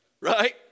right